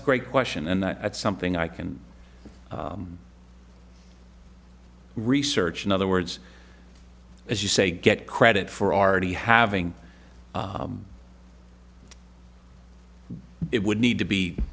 a great question and that's something i can research in other words as you say get credit for already having it would need to be